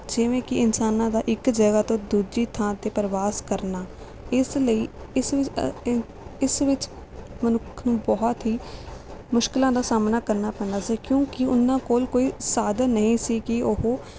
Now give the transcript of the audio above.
ਜਿਵੇਂ ਕਿ ਇਨਸਾਨਾਂ ਦਾ ਇੱਕ ਜਗ੍ਹਾ ਤੋਂ ਦੂਜੀ ਥਾਂ 'ਤੇ ਪ੍ਰਵਾਸ ਕਰਨਾ ਇਸ ਲਈ ਇਸ ਵਿੱਚ ਇਸ ਵਿੱਚ ਮਨੁੱਖ ਨੂੰ ਬਹੁਤ ਹੀ ਮੁਸ਼ਕਲਾਂ ਦਾ ਸਾਹਮਣਾ ਕਰਨਾ ਪੈਂਦਾ ਸੀ ਕਿਉਂਕਿ ਉਨ੍ਹਾਂ ਕੋਲ ਕੋਈ ਸਾਧਨ ਨਹੀਂ ਸੀ ਕਿ ਉਹ